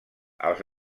els